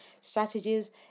strategies